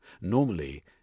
Normally